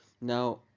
now